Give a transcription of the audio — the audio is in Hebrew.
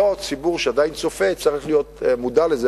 אותו ציבור שעדיין צופה צריך להיות מודע לזה.